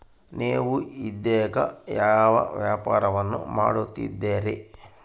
ನೇವು ಇದೇಗ ಯಾವ ವ್ಯಾಪಾರವನ್ನು ಮಾಡುತ್ತಿದ್ದೇರಿ?